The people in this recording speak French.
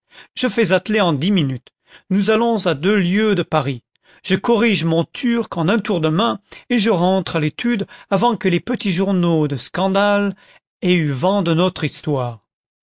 je fais atteler en dix minutes nous allons à deux lieues de paris je corrige mon turc en un tour de main et je rentre à l'étude avant que les petits journaux de seandale aient eu vent de notre histoire